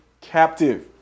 captive